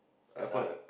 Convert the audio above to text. X_R